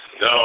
No